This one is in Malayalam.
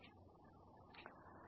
അതിനാൽ ഞങ്ങൾ ഇപ്പോഴും n സ്ക്വയറിലാണ്